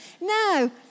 Now